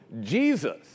Jesus